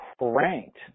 ranked